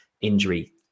injury